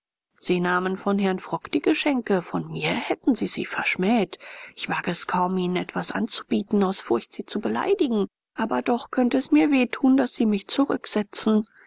sie nahmen von herrn frock die geschenke von mir hätten sie sie verschmäht ich wage es kaum ihnen etwas anzubieten aus furcht sie zu beleidigen aber doch könnt es mir weh tun daß sie mich zurücksetzen